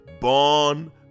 Born